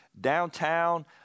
downtown